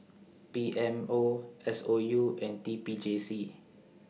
P M O S O U and T P J C